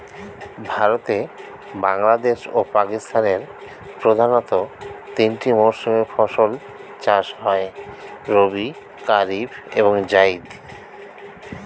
ভারতে, বাংলাদেশ ও পাকিস্তানের প্রধানতঃ তিনটি মৌসুমে ফসল চাষ হয় রবি, কারিফ এবং জাইদ